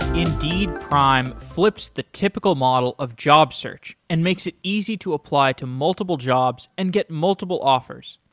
indeed prime flips the typical model of job search and makes it easy to apply to multiple jobs and get multiple offers.